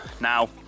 now